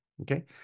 okay